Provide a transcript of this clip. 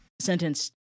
sentenced